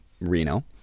Reno